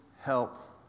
help